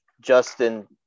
Justin